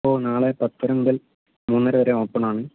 ഓ നാളെ പത്തര മുതൽ മൂന്നര വരെ ഓപ്പൺ ആണ്